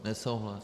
Nesouhlas.